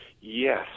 Yes